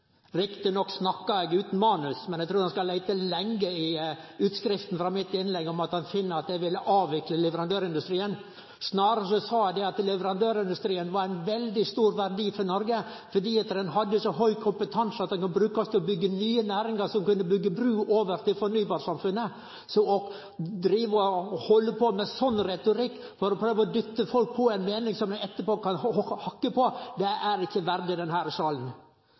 Riktig nok snakka eg utan manus, men eg trur han skal leite lenge i utskrifta frå innlegget mitt om han skal finne at eg ville avvikle leverandørindustrien. Snarare sa eg at levarandørindustrien var ein veldig stor verdi for Noreg, fordi det der er så høg kompetanse at leverandørindustrien kan brukast til å byggje nye næringar som kunne byggje bru over til fornybarsamfunnet. Så å halde på med ein slik retorikk for å prøve å dytte på folk ei meining som dei etterpå kan hakke på, er ikkje denne salen verdig. Så er det fleire her